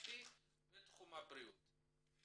הממשלתית בתחום הבריאות.